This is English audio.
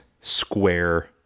square